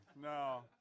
no